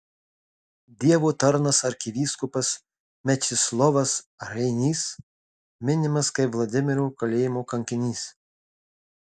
dievo tarnas arkivyskupas mečislovas reinys minimas kaip vladimiro kalėjimo kankinys